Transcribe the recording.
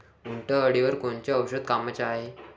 उंटअळीवर कोनचं औषध कामाचं हाये?